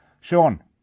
Sean